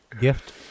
gift